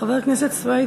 חבר הכנסת חנא סוייד,